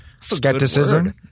skepticism